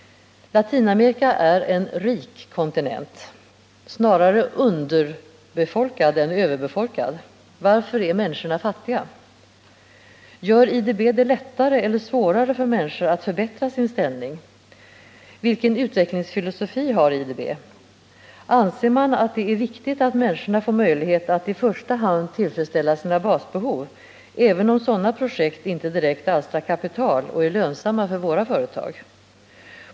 Latinamerika är en rik kontinent, snarare underbefolkad än överbefolkad. Varför är människorna fattiga? Gör IDB det lättare eller svårare för människor att förbättra sin ställning? Vilken utvecklingsfilosofi har IDB? Anser man att det är viktigt att människorna får möjlighet att i första hand tillfredsställa sina basbehov, även om sådana projekt inte direkt alstrar kapital och är lönsamma för våra företag?